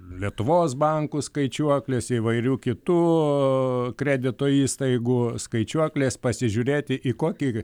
lietuvos bankų skaičiuoklės įvairių kitų kredito įstaigų skaičiuoklės pasižiūrėti į kokį